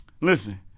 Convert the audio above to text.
listen